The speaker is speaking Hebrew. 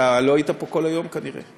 אתה לא היית פה כל היום, כנראה.